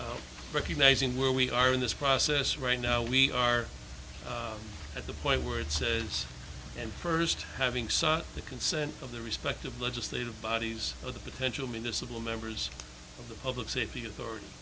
is recognizing where we are in this process right now we are at the point where it says and first having signed the consent of the respective legislative bodies of the potential municipal members of the public safety authority